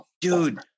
Dude